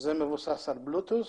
זה מבוסס על Bluetooth,